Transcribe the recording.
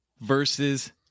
versus